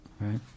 right